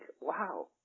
wow